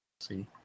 See